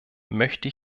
möchte